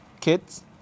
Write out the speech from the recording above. kids